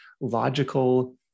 logical